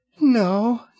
No